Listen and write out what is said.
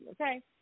okay